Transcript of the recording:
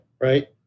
right